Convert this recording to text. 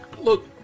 look